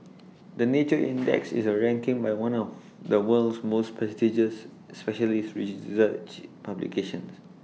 the nature index is A ranking by one of the world's most prestigious specialist research publications